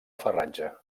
farratge